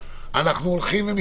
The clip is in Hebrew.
אתה הולך ותוחם מקום,